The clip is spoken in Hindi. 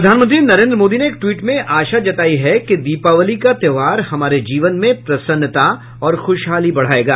प्रधानमंत्री नरेन्द्र मोदी ने एक ट्वीट में आशा जताई है कि दीपावली का त्यौहार हमारे जीवन में प्रसन्नता और खुशहाली बढ़ाएगा